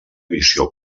visió